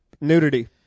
nudity